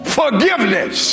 forgiveness